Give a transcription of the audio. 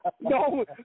No